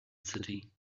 city